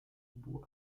bois